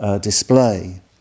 display